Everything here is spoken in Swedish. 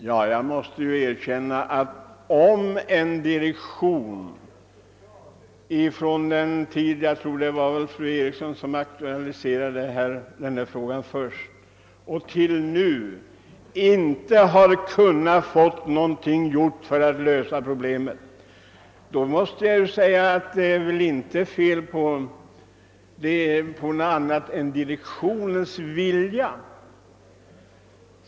Ja, om en direktion inte har kunnat få någonting gjort för att lösa detta problem sedan fru Eriksson i Stockholm först aktualiserade frågan, måste det väl vara något fel på direktionens vilja.